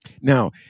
Now